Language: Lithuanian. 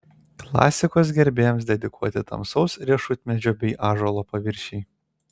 klasikos gerbėjams dedikuoti tamsaus riešutmedžio bei ąžuolo paviršiai